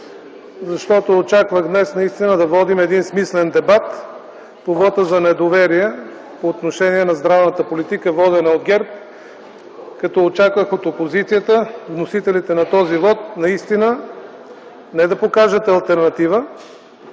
защото очаквах днес наистина да водим един смислен дебат по вота за недоверие по отношение на здравната политика, водена от ГЕРБ, като очаквах от опозицията – вносителите на този вот, наистина не да покажат алтернатива,